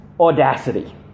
audacity